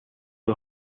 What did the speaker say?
the